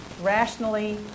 rationally